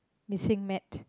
missing mat